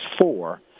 four